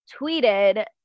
tweeted